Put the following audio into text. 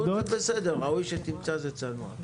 בסדר, "ראוי שתמצא" זה צנוע.